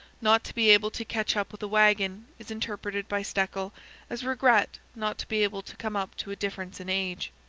not to be able to catch up with a wagon is interpreted by stekel as regret not to be able to come up to a difference in age.